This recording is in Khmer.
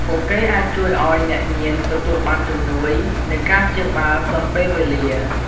ពួកគេអាចជួយឱ្យអ្នកញៀនទទួលបានជំនួយ និងការព្យាបាលទាន់ពេលវេលា។